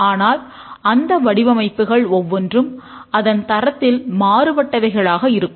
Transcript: ஆனால் அந்த வடிவமைப்புகள் ஒவ்வொன்றும் அதன் தரத்தில் மாறுபட்டவைகளாக இருக்கும்